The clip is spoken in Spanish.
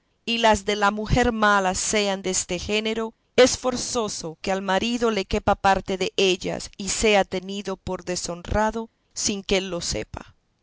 y las de la mujer mala sean deste género es forzoso que al marido le quepa parte dellas y sea tenido por deshonrado sin que él lo sepa